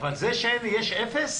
אבל זה שיש אפס